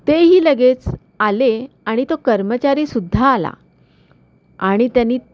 तेही लगेच आले आणि तो कर्मचारीसुद्धा आला आणि त्यांनी